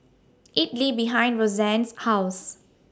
Idili behind Rosanne's House